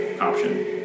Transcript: option